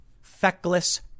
Feckless